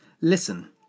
Listen